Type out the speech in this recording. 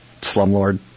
slumlord